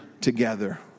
together